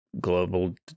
global